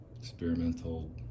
Experimental